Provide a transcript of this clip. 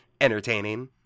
entertaining